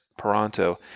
Peranto